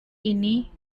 ini